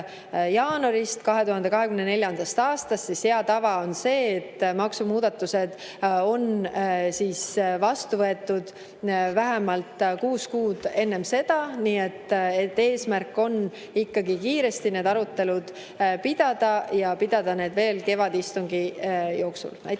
jaanuarist 2024. aastast. Hea tava on see, et maksumuudatused on vastu võetud vähemalt kuus kuud enne [jõustumist]. Nii et eesmärk on ikkagi kiiresti neid arutelusid pidada ja pidada veel kevadistung[järgu] jooksul. Aitäh!